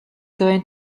going